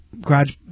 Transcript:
garage